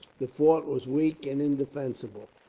the fort was weak and indefensible.